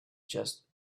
just